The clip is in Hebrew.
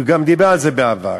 הוא גם דיבר על זה בעבר.